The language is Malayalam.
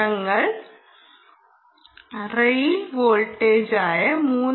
ഞക്കൾ റെയിൽ വോൾട്ടേജായ 3